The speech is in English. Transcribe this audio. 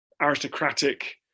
aristocratic